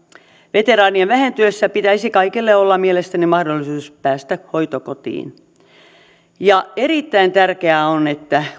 veteraanien vähentyessä pitäisi kaikille olla mielestäni mahdollisuus päästä hoitokotiin ja erittäin tärkeää on että